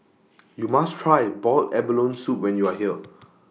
YOU must Try boiled abalone Soup when YOU Are here